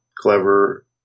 clever